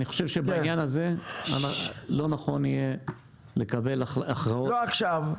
אני חושב שבעניין הזה לא נכון יהיה לקבל הכרעות --- לא עכשיו,